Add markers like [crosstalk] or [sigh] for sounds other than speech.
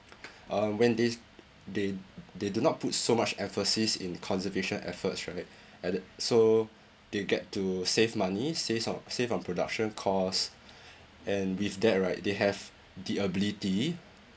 uh when they they they do not put so much emphasis in conservation efforts right [breath] add~ so they get to save money save some save on production costs [breath] and with that right they have the ability